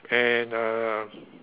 and uh